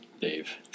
Dave